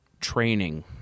training